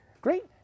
Great